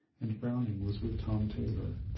and browning was with tom taylor.